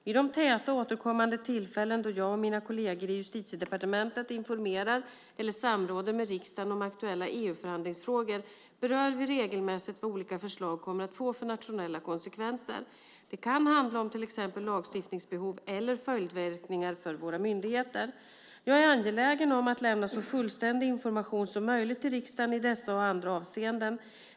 Vid de täta och återkommande tillfällen då jag och mina kolleger i Justitiedepartementet informerar eller samråder med riksdagen om aktuella EU-förhandlingsfrågor berör vi regelmässigt vad olika förslag kommer att få för nationella konsekvenser. Det kan handla om till exempel lagstiftningsbehov eller följdverkningar för våra myndigheter. Jag är angelägen om att lämna så fullständig information som möjligt till riksdagen i dessa och andra avseenden.